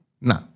No